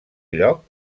lloc